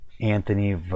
Anthony